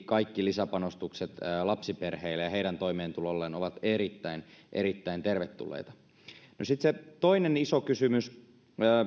kaikki lisäpanostukset lapsiperheille ja heidän toimeentulolleen ovat erittäin erittäin tervetulleita no sitten se toinen iso kysymys